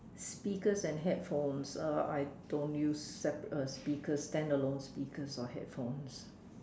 speakers and headphones uh I don't use sap~ speakers standalone speakers or headphones